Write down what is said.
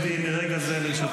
נגיע לבחירות ונראה.